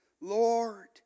Lord